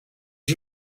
you